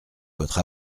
votre